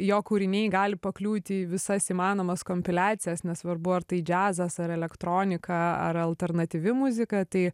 jo kūriniai gali pakliūti į visas įmanomas kompiliacijas nesvarbu ar tai džiazas ar elektronika ar alternatyvi muzika tai